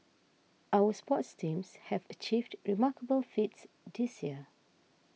our sports teams have achieved remarkable feats this year